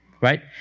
right